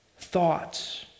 thoughts